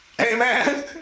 Amen